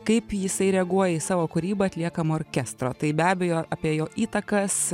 kaip jisai reaguoja į savo kūrybą atliekamo orkestro tai be abejo apie jo įtakas